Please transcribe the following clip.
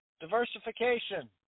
diversification